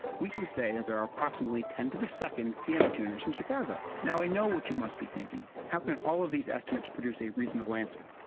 we can say that there are approximately ten to the second piano tuners in chicago. now, i know what you must be thinking how can all of these estimates produce a reasonable answer?